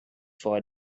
for